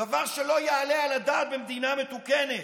דבר שלא יעלה על הדעת במדינה מתוקנת.